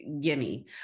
gimme